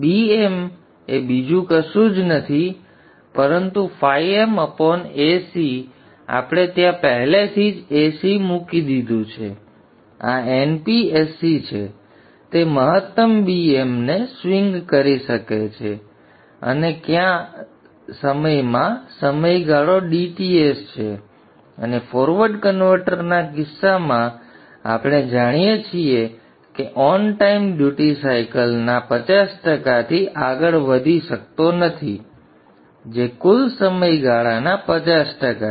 Bm એ બીજું કશું જ નથી પરંતુ φm Ac અને આપણે ત્યાં પહેલેથી જ Ac મૂકી દીધું છે આ NP Ac છે તે મહત્તમ BM ને સ્વિંગ કરી શકે છે અને કયા સમયમાં સમયગાળો dTs છે અને ફોરવર્ડ કન્વર્ટરના કિસ્સામાં આપણે જાણીએ છીએ કે ઓન ટાઇમ ડ્યુટી સાયકલ ના 50 ટકાથી આગળ વધી શકતો નથી જે કુલ સમયગાળાના 50 ટકા છે